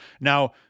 Now